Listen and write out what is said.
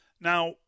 Now